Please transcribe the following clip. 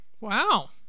Wow